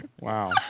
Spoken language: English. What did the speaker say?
Wow